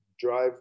drive